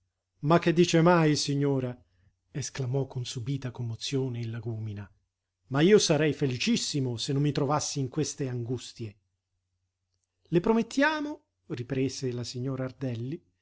ma che dice mai signora esclamò con subita commozione il lagúmina ma io sarei felicissimo se non mi trovassi in queste angustie le promettiamo riprese la signora ardelli